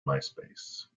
myspace